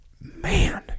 man